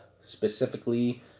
Specifically